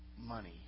money